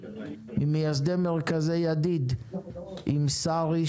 ממייסדי מרכזי ידיד עם שרי,